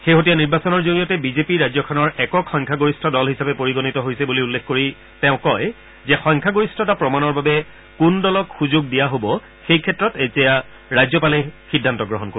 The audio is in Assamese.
শেহতীয়া নিৰ্বাচনৰ জৰিয়তে বিজেপি ৰাজ্যখনৰ একক সংখ্যাগৰিষ্ঠ দল হিচাপে পৰিগণিত হৈছে বুলি উল্লেখ কৰি তেওঁ কয় যে সংখ্যাগৰিষ্ঠতা প্ৰমাণৰ বাবে কোন দলক সুযোগ দিয়া হব সেই ক্ষেত্ৰত এতিয়া ৰাজ্যপালে সিদ্ধান্ত গ্ৰহণ কৰিব